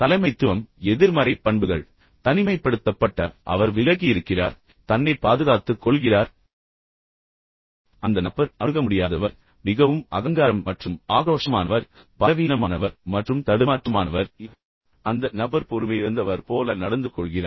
தலைமைத்துவம் எதிர்மறை பண்புகள் தனிமைப்படுத்தப்பட்ட அதாவது அவர் விலகி இருக்கிறார் தன்னைப் பாதுகாத்துக் கொள்கிறார் மேலும் அந்த நபர் அணுக முடியாதவர் மிகவும் அகங்காரம் மற்றும் ஆக்ரோஷமானவர் பலவீனமானவர் மற்றும் தடுமாற்றமானவர் மற்றும் பெரும்பாலும் அந்த நபர் பொறுமையிழந்தவர் போல நடந்துகொள்கிறார்